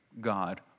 God